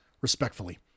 Respectfully